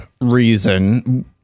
reason